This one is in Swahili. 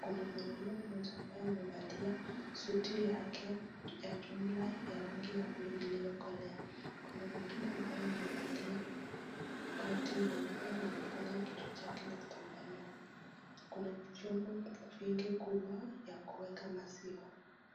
kuna mwanauma mmoja aliyevalia suti yake ya jumla ya rangi ya buluu iliyo kolea, kuna mwingine ambaye avevalia koti nyeupe na amefunga kichwa chake na kitambaa nyeupe, kuna vyombo vingi kubwa vya kuweka maziwa.